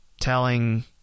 telling